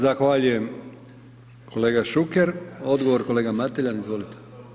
Zahvaljujem kolega Šuker, odgovor, kolega Mateljan, izvolite.